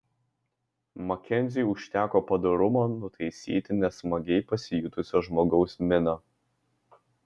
makenziui užteko padorumo nutaisyti nesmagiai pasijutusio žmogaus miną